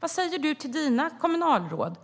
Vad säger Phia Andersson till sina kommunalråd?